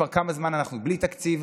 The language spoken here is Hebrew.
כבר כמה זמן אנחנו בלי תקציב,